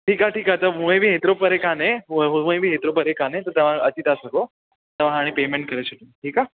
ठीकु आहे ठीकु आहे त उएं बि एतिरो परे कान्हे ऐं उएं बि एतिरो परे कान्हे त तव्हां अची था सघो तव्हां हाणे पेमेंट करे छॾियो ठीकु आहे